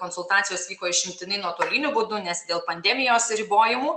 konsultacijos vyko išimtinai nuotoliniu būdu nes dėl pandemijos ribojimų